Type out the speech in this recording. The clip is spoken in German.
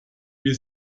wir